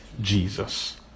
Jesus